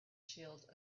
shield